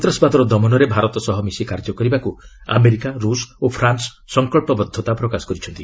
ସନ୍ତାସବାଦର ଦମନରେ ଭାରତ ସହ ମିଶି କାର୍ଯ୍ୟ କରିବାକୁ ଆମେରିକା ରୁଷ ଓ ଫ୍ରାନ୍ନ ସଂକଳ୍ପବଦ୍ଧତା ପ୍ରକାଶ କରିଛନ୍ତି